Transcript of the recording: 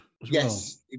Yes